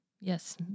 Yes